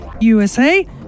USA